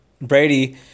Brady